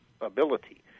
ability